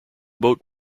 boat